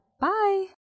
Bye